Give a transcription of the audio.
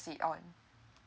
proceed on